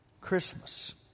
Christmas